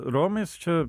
romis čia